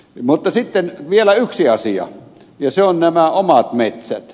mutta sitten vielä yksi asia ja se on nämä omat metsät